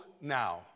now